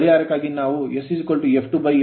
ಪರಿಹಾರಕ್ಕಾಗಿ ನಾವು sf2f ಹೊಂದಿದ್ದೇವೆ